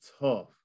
tough